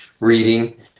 reading